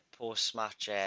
post-match